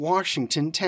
Washington